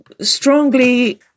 strongly